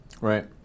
right